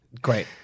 great